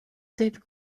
did